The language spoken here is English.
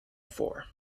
for